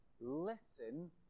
Listen